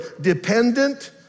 dependent